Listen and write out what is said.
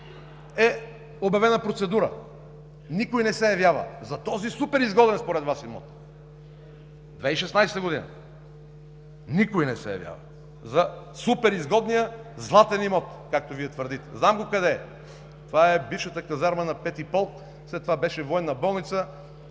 е обявена процедура, но никой не се явява за този супер изгоден според Вас имот. През 2016 г.! Никой не се явява за супер изгодния златен имот, както Вие твърдите. Знам го къде е – това е бившата казарма на Пети полк, след това беше военна болница